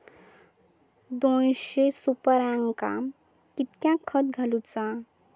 दोनशे सुपार्यांका कितक्या खत घालूचा?